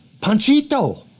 Panchito